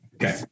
Okay